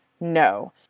no